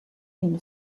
une